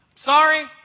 Sorry